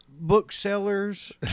booksellers